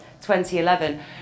2011